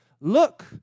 look